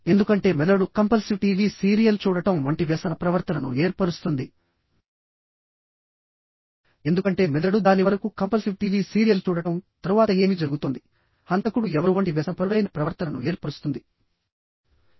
ఎందుకంటే మెదడు compulsive TV serial చూడటం వంటి వ్యసన ప్రవర్తనను ఏర్పరుస్తుందిఎందుకంటే మెదడు దాని వరకు కంపల్సివ్ టీవీ సీరియల్ చూడటం తరువాత ఏమి జరుగుతోంది హంతకుడు ఎవరు వంటి వ్యసనపరుడైన ప్రవర్తనను ఏర్పరుస్తుంది